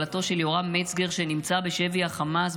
כלתו של יורם מצגר שנמצא בשבי החמאס,